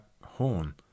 horn